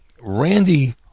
Randy